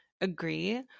Agree